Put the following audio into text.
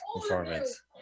performance